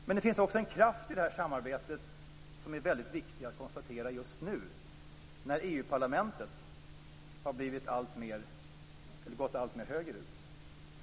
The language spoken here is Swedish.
Det finns också en kraft i det här samarbetet som är väldigt viktig att konstatera just nu, när EU parlamentet har gått alltmer högerut.